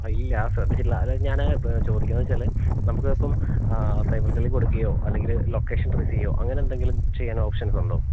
ഇല്ല ശ്രദ്ധിച്ചിട്ടില്ല അത് ഞാന് ചോദിക്കുന്നത് വെച്ചാല് നമുക്ക് ഇപ്പം സൈബർ സെല്ലിൽ കൊടുക്കുകയോ അല്ലെങ്കില് ലൊക്കേഷൻ ട്രേസ് ചെയ്യുകയോ അങ്ങനെ എന്തെങ്കിലും ചെയ്യാൻ ഓപ്ഷൻസ് ഉണ്ടോ